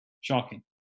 shocking